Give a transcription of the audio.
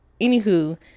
anywho